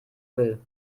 will